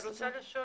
אני רוצה לשאול.